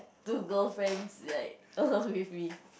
two girl friends like with me